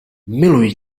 miluji